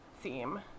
theme